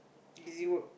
easy work